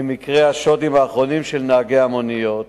למקרי השוד האחרונים של נהגי המוניות.